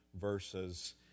verses